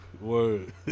Word